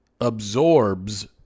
absorbs